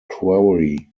quarry